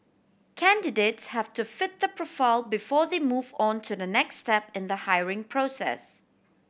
candidates have to fit the profile before they move on to the next step in the hiring process